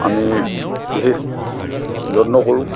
আমি বিশেষ যত্ন কৰোঁ